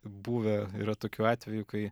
buvę yra tokių atvejų kai